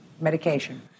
medication